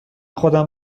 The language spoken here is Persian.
خودم